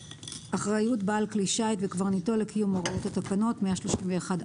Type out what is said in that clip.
131.אחריות בעל כלי שיט וקברניטו לקיום הוראות התקנות בעל